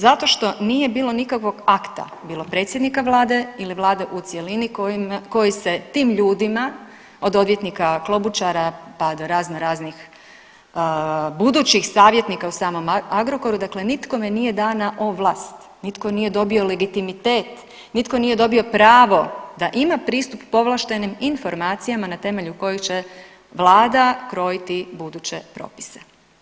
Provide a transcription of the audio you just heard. Zato što nije bilo nikakvog akta bilo predsjednika Vlade ili Vlade u cjelini koji se tim ljudima od odvjetnika Klobučara pa do razno raznih budućih savjetnika u samom Agrokoru, dakle nikome nije dana ovlast, nitko nije dobio legitimitet, nitko nije dobio pravo da ima pristup povlaštenim informacijama na temelju kojih će Vlada krojiti buduće propise.